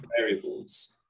variables